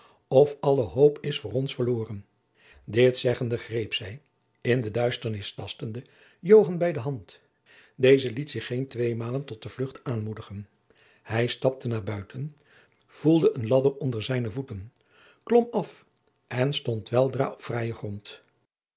of alle hoop is voor ons verloren dit zeggende greep jacob van lennep de pleegzoon zij in de duisternis tastende joan bij de hand deze liet zich geen tweemalen tot de vlucht aanmoedigen hij stapte naar buiten voelde een ladder onder zijne voeten klom af en stond weldra op vrijen grond